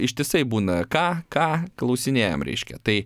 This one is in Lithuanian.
ištisai būna ką ką klausinėjam reiškia tai